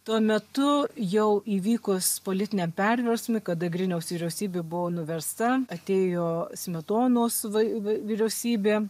tuo metu jau įvykus politiniam perversmui kada griniaus vyriausybė buvo nuversta atėjo smetonos v vyriausybė